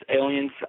Aliens